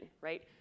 right